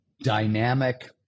dynamic